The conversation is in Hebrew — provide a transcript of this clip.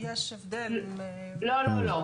לא לא,